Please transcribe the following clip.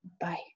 Bye